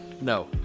No